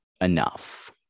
enough